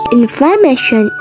inflammation